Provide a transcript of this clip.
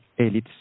elites